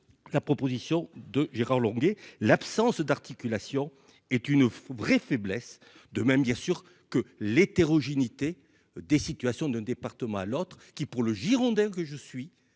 la proposition de Gérard Longuet, l'absence d'articulation est une vraie faiblesse de même bien sûr que l'hétérogénéité des situations d'un département à l'autre, qui pour le Girondin que je suis,